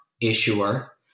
issuer